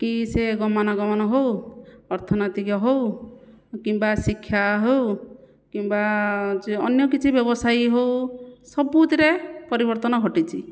କି ସେ ଗମନାଗମନ ହେଉ ଅର୍ଥନୈତିକ ହେଉ କିମ୍ବା ଶିକ୍ଷା ହେଉ କିମ୍ବା ଅନ୍ୟ କିଛି ବ୍ୟବସାୟୀ ହେଉ ସବୁଥିରେ ପରିବର୍ତ୍ତନ ଘଟିଛି